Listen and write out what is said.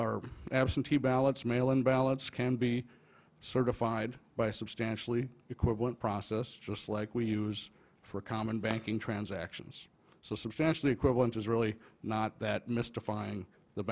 are absentee ballots mail in ballots can be certified by a substantially equivalent process just like we use for common banking transactions so substantially equivalent is really not that mystifying the